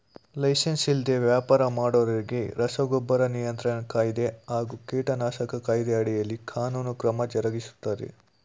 licence ಇಲ್ದೆ ವ್ಯಾಪರ ಮಾಡೋರಿಗೆ ರಸಗೊಬ್ಬರ ನಿಯಂತ್ರಣ ಕಾಯ್ದೆ ಹಾಗೂ ಕೀಟನಾಶಕ ಕಾಯ್ದೆ ಅಡಿಯಲ್ಲಿ ಕಾನೂನು ಕ್ರಮ ಜರುಗಿಸ್ತಾರೆ